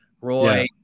Roy